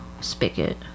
spigot